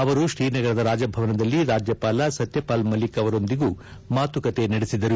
ಅವರು ಶ್ರೀನಗರದ ರಾಜಭವನದಲ್ಲಿ ರಾಜ್ವಪಾಲ ಸತ್ಯಪಾಲ್ ಮಲ್ಲಿಕ್ ಅವರೊಂದಿಗೂ ಮಾತುಕತೆ ನಡೆಸಿದರು